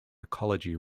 ecology